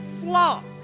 flock